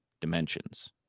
dimensions